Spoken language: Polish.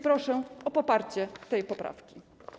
Proszę o poparcie tej poprawki.